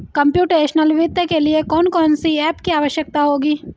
Computational वित्त के लिए कौन कौन सी एप की आवश्यकता होगी?